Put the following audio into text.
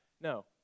No